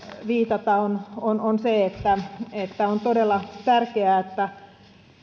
viitata on on se että että on todella tärkeää että